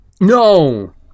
No